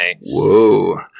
Whoa